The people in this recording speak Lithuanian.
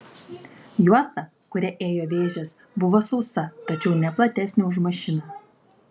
juosta kuria ėjo vėžės buvo sausa tačiau ne platesnė už mašiną